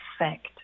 effect